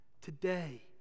today